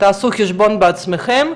תעשו חשבון בעצמכם,